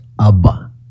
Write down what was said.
Abba